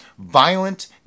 violent